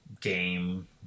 game